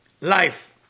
life